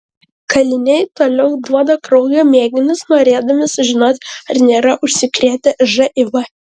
kaliniai toliau duoda kraujo mėginius norėdami sužinoti ar nėra užsikrėtę živ